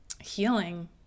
healing